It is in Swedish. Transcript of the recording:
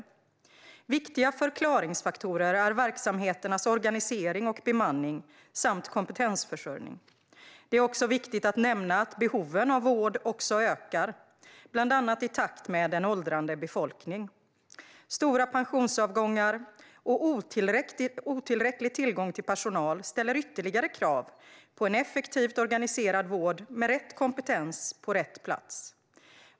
Svar på interpellationer Viktiga förklaringsfaktorer är verksamheternas organisering och bemanning samt kompetensförsörjning. Det är också viktigt att nämna att behoven av vård ökar, bland annat i takt med att befolkningen blir allt äldre. Stora pensionsavgångar och otillräcklig tillgång till personal ställer ytterligare krav på en effektivt organiserad vård med rätt kompetens på rätt plats.